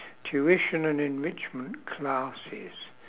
tuition and enrichment classes